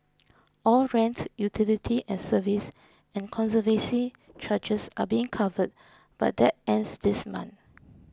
all rent utility and service and conservancy charges are being covered but that ends this month